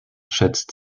schätzt